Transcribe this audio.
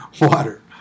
water